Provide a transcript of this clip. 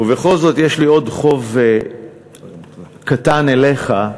ובכל זאת יש לי עוד חוב קטן אליך: